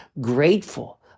grateful